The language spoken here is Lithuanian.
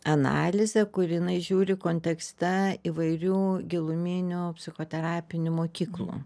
analizę kur jinai žiūri kontekste įvairių giluminių psichoterapinių mokyklų